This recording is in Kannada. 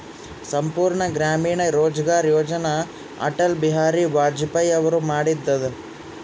ಸಂಪೂರ್ಣ ಗ್ರಾಮೀಣ ರೋಜ್ಗಾರ್ ಯೋಜನ ಅಟಲ್ ಬಿಹಾರಿ ವಾಜಪೇಯಿ ಅವರು ಮಾಡಿದು ಅದ